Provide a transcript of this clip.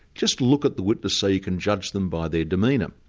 just look at the witness so you can judge them by their demeanour.